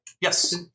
Yes